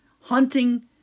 hunting